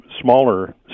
smaller